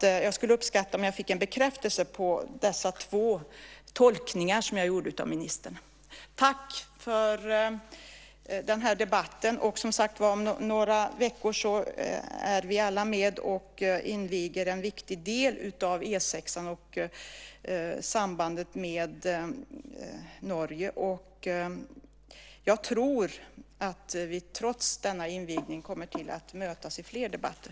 Jag skulle uppskatta om jag fick en bekräftelse på dessa två tolkningar som jag gjorde av ministerns uttalande. Tack för den här debatten! Om några veckor är vi alla, som sagt var, med och inviger en viktig del av E 6:an och sambandet med Norge. Jag tror att vi trots denna invigning kommer att mötas i fler debatter.